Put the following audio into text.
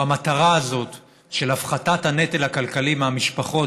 או המטרה הזאת של הפחתת הנטל הכלכלי על המשפחות